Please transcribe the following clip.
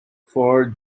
for